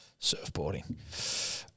surfboarding